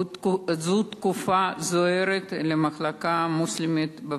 זו תקופה זוהרת למחלקה המוסלמית.